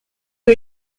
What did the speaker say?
est